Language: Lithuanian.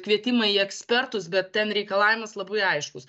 kvietimą į ekspertus bet ten reikalavimas labai aiškus